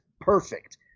perfect